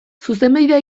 zuzenbidea